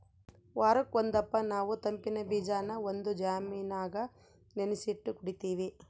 ವಾರುಕ್ ಒಂದಪ್ಪ ನಾವು ತಂಪಿನ್ ಬೀಜಾನ ಒಂದು ಜಾಮಿನಾಗ ನೆನಿಸಿಟ್ಟು ಕುಡೀತೀವಿ